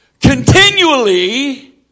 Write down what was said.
continually